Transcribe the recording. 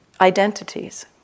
identities